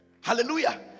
Hallelujah